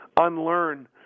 unlearn